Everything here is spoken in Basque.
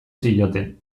zioten